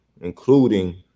including